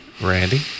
Randy